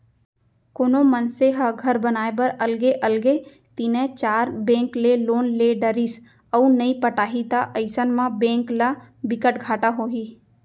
कोनो मनसे ह घर बनाए बर अलगे अलगे तीनए चार बेंक ले लोन ले डरिस अउ नइ पटाही त अइसन म बेंक ल बिकट घाटा होही